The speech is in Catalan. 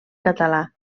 català